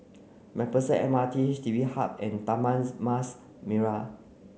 MacPherson M R T Station H D B Hub and Taman Mas Merah